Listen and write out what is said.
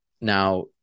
now